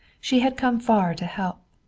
she had come far to help.